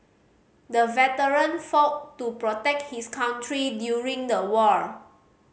the veteran fought to protect his country during the war